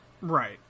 Right